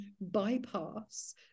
bypass